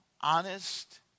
honest